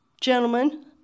gentlemen